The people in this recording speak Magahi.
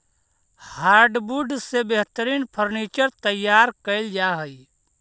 हार्डवुड से बेहतरीन फर्नीचर तैयार कैल जा हइ